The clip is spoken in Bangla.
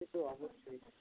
সে তো অবশ্যই কথা